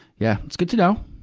yeah. it's good to know.